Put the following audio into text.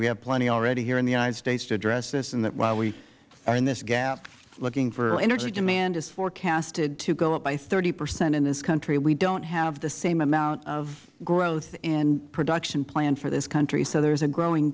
we have plenty already here in the united states to address this and that while we are in this gap looking for ms harbert well energy demand is forecasted to go up by thirty percent in this country we don't have the same amount of growth in production planned for this country so there is a growing